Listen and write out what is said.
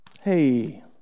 Hey